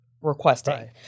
requesting